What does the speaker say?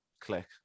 click